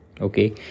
okay